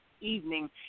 evening